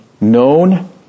known